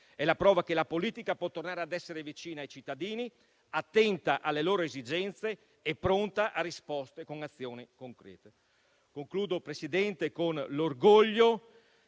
È la prova che la politica può tornare ad essere vicina ai cittadini, attenta alle loro esigenze e pronta a risposte con azioni concrete. Concludo il mio intervento,